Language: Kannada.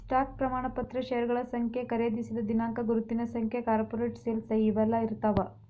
ಸ್ಟಾಕ್ ಪ್ರಮಾಣ ಪತ್ರ ಷೇರಗಳ ಸಂಖ್ಯೆ ಖರೇದಿಸಿದ ದಿನಾಂಕ ಗುರುತಿನ ಸಂಖ್ಯೆ ಕಾರ್ಪೊರೇಟ್ ಸೇಲ್ ಸಹಿ ಇವೆಲ್ಲಾ ಇರ್ತಾವ